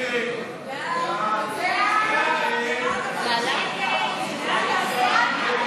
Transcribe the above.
ההצעה להעביר לוועדה את הצעת חוק לתיקון